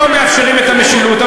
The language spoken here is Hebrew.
מאפשרים את המשילות.